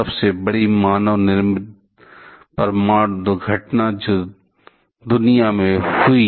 सबसे बड़ी मानव निर्मित परमाणु घटना जो दुनिया में हुई